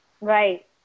Right